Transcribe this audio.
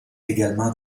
également